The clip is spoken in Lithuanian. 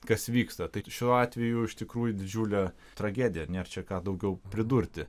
kas vyksta tai šiuo atveju iš tikrųjų didžiulė tragedija nėr čia ką daugiau pridurti